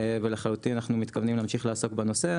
ולחלוטין אנחנו מתכוונים להמשיך עסוק בנושא,